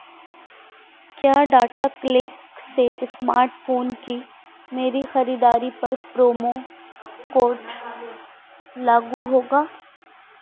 क्या data click से smartphone की मेरी खरीदारी पर प्रोमो कोड लागू होगा